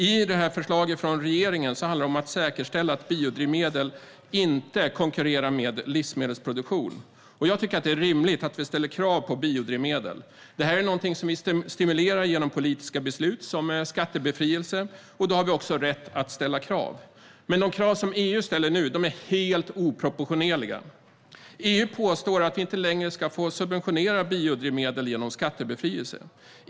I förslaget från regeringen handlar det om att säkerställa att biodrivmedel inte konkurrerar med livsmedelsproduktion. Jag tycker att det är rimligt att vi ställer krav på biodrivmedel. Det är något som vi stimulerar genom politiska beslut som beslut om skattebefrielse. Då har vi också rätt att ställa krav. Men de krav som EU ställer nu är helt oproportionerliga. EU påstår att vi inte längre ska få subventionera biodrivmedel genom skattebefrielse.